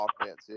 offense